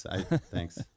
Thanks